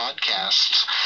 podcasts